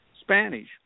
Spanish